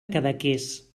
cadaqués